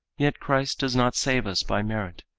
yet christ does not save us by merit,